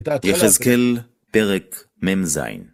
יחזקאל, פרק מז